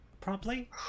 promptly